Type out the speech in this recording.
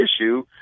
issue